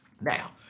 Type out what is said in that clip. now